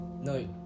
No